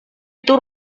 itu